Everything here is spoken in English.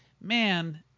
man